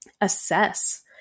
assess